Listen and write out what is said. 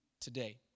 today